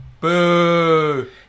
Boo